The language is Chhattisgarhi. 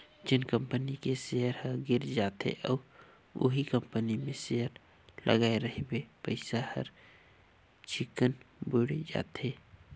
जेन कंपनी के सेयर ह गिर जाथे अउ उहीं कंपनी मे सेयर लगाय रहिबे पइसा हर चिक्कन बुइड़ जाथे